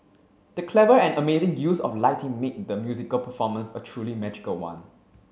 the clever and amazing use of lighting made the musical performance a truly magical one